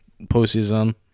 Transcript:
postseason